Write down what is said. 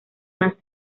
más